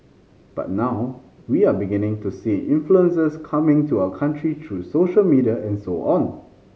but now we are beginning to see influences coming to our country through social media and so on